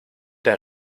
der